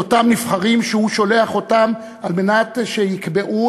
את אותם נבחרים שהוא שולח על מנת שיקבעו